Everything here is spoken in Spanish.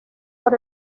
por